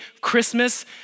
Christmas